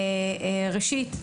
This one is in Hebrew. ראשית,